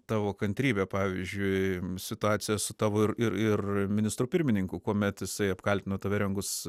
tavo kantrybę pavyzdžiui situacija su tavo ir ir ir ministru pirmininku kuomet jisai apkaltino tave rengus